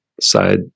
side